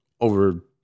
over